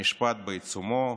המשפט בעיצומו,